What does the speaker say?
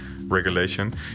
regulation